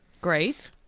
Great